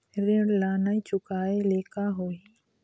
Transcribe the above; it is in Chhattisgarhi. ऋण ला नई चुकाए ले का होही?